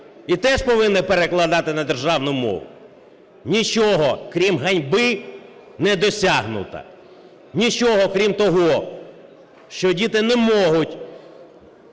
і теж повинні перекладати на державну мову. Нічого крім ганьби не досягнуто. Нічого крім того, що діти не можуть